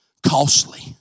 Costly